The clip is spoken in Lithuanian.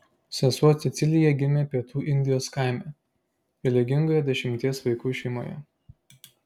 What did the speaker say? sesuo cecilija gimė pietų indijos kaime religingoje dešimties vaikų šeimoje